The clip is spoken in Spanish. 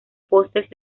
postes